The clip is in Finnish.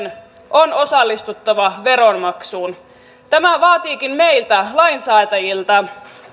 on osallistuttava veronmaksuun tämä vaatiikin meiltä lainsäätäjiltä